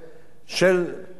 של אנשים,